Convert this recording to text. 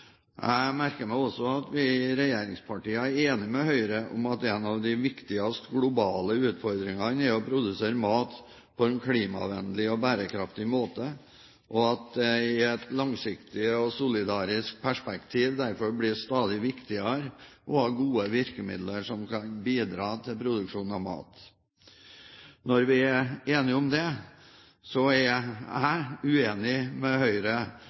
Jeg merker meg også at vi i regjeringspartiene er enige med Høyre om at en av de viktigste globale utfordringene er å produsere mat på en klimavennlig og bærekraftig måte, og at det i et langsiktig og solidarisk perspektiv derfor blir stadig viktigere å ha gode virkemidler som kan bidra til produksjon av mat. Når vi er enige om det, må jeg si at jeg er uenig med Høyre,